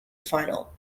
final